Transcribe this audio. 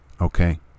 Okay